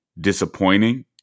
disappointing